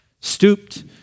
stooped